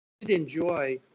enjoy